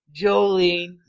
Jolene